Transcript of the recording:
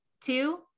two